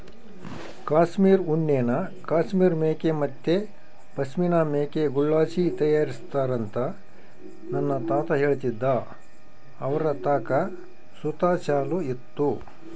ಕಾಶ್ಮೀರ್ ಉಣ್ಣೆನ ಕಾಶ್ಮೀರ್ ಮೇಕೆ ಮತ್ತೆ ಪಶ್ಮಿನಾ ಮೇಕೆಗುಳ್ಳಾಸಿ ತಯಾರಿಸ್ತಾರಂತ ನನ್ನ ತಾತ ಹೇಳ್ತಿದ್ದ ಅವರತಾಕ ಸುತ ಶಾಲು ಇತ್ತು